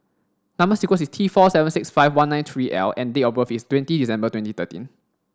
number sequence is T four seven six five one nine three L and date of birth is twenty December twenty thirteen